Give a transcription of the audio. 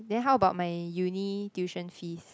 then how about my uni tuition fees